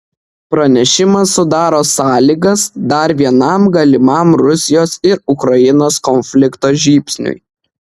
pranešimas sudaro sąlygas dar vienam galimam rusijos ir ukrainos konflikto žybsniui